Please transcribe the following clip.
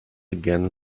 again